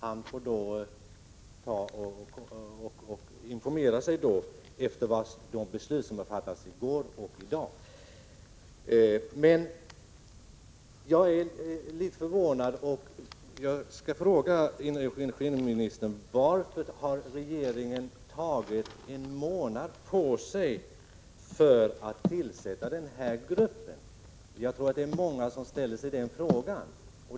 Han får informera sig efter de beslut som har fattats i går och i dag av regeringen. Jag vill fråga energiministern: Varför har regeringen tagit en månad på sig för att tillsätta den här gruppen? Det är nog många som ställer sig den frågan.